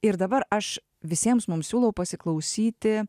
ir dabar aš visiems mums siūlau pasiklausyti